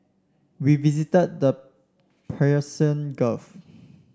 we visited the Persian Gulf